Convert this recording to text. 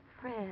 Fred